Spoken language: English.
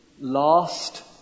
last